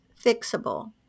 fixable